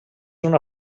una